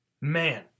Man